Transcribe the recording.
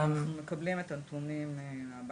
כן, אנחנו מקבלים את הנתונים מהבנקים.